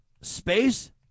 space